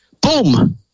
Boom